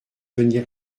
venir